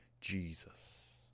Jesus